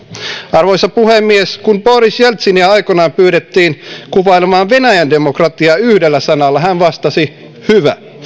arvoisa puhemies kun boris jeltsiniä aikoinaan pyydettiin kuvailemaan venäjän demokratiaa yhdellä sanalla hän vastasi hyvä